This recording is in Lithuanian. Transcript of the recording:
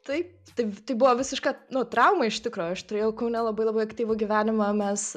taip tai tai buvo visiška nu trauma iš tikro aš turėjau kaune labai labai aktyvų gyvenimą mes